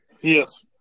Yes